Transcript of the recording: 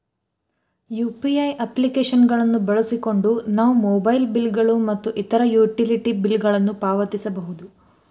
UPI application ಗಳನ್ನು ಬಳಸಿಕೊಂಡು ನಾವು ಮೊಬೈಲ್ ಬಿಲ್ ಗಳು ಮತ್ತು ಇತರ ಯುಟಿಲಿಟಿ ಬಿಲ್ ಗಳನ್ನು ಪಾವತಿಸಬಹುದು